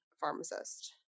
pharmacist